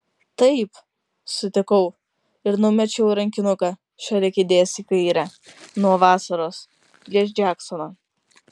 taip sutikau ir numečiau rankinuką šalia kėdės į kairę nuo vasaros prieš džeksoną